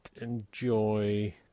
enjoy